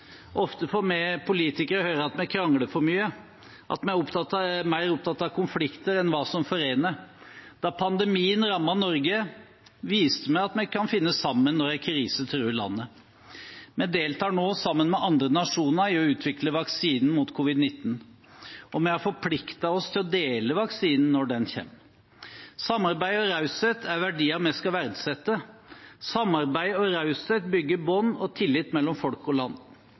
Ofte får vi politikere høre at vi krangler for mye, at vi er mer opptatt av konflikter enn hva som forener. Da pandemien rammet Norge, viste vi at vi kan finne sammen når en krise truer landet. Vi deltar nå sammen med andre nasjoner i å utvikle vaksinen mot covid-19. Og vi har forpliktet oss til å dele vaksinen når den kommer. Samarbeid og raushet er verdier vi skal verdsette. Samarbeid og raushet bygger bånd og tillit mellom folk og land.